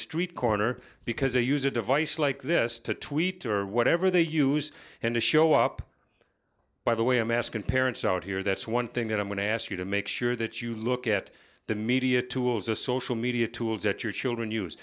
street corner because they use a device like this to tweet or whatever they use and to show up by the way i'm asking parents out here that's one thing that i'm going to ask you to make sure that you look at the media tools or social media tools that your children use